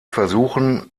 versuchen